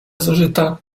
zużyta